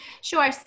Sure